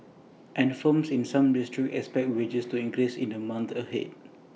and firms in some districts expect wages to increase in the months ahead